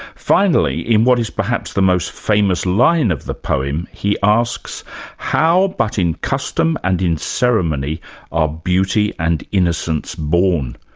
finally, in what is perhaps the most famous line of the poem, he asks how but in custom and in ceremony are beauty beauty and innocence born?